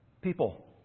people